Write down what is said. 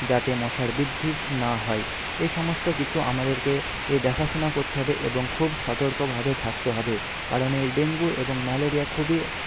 যাতে মশার বৃদ্ধি না হয় এইসমস্ত কিছু আমাদেরকে এর দেখাশোনা করতে হবে এবং খুব সতর্কভাবে থাকতে হবে কারণ এই ডেঙ্গু এবং ম্যালেরিয়া খুবই